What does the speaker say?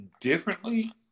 differently